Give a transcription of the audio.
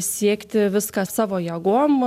siekti viską savo jėgom